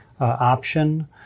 option